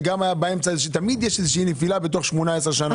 שגם היה באמצע - תמיד יש נפילה ב-18 שנה.